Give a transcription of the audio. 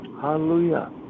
Hallelujah